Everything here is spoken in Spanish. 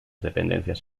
dependencias